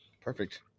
perfect